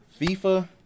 FIFA